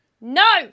No